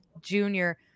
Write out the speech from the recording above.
Junior